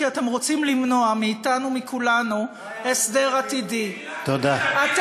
ומילה אחרונה אני רוצה לתושבי עמונה: אני שומעת את הדברים שאתם אומרים,